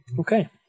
Okay